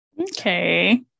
Okay